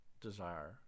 desire